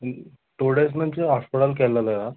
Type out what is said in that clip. two days నుంచి హాస్పిటల్కి వెళ్ళలేదా